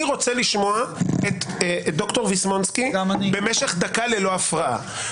אני רוצה לשמוע את ד"ר ויסמונסקי במשך דקה ללא הפרעה.